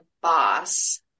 boss